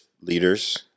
leaders